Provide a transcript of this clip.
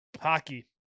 Hockey